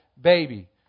baby